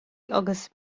agus